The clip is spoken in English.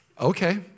okay